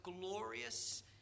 glorious